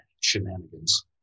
shenanigans